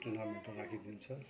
ट्रुनामेन्टहरू राखिदिन्छ